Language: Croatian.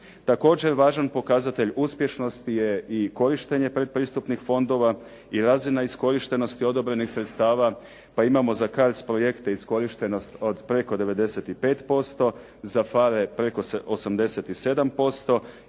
Također važan pokazatelj uspješnosti je i korištenje predpristupnih fondova i razina iskorištenosti određenih sredstava. Pa imamo za CARDS projekte iskorištenost od preko 95%, za FAR preko 87%